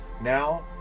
now